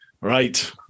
Right